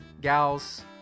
gals